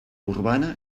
urbana